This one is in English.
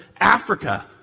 Africa